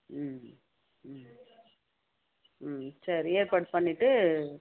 ம் ம் ம் சரி ஏற்பாடு பண்ணிவிட்டு